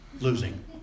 losing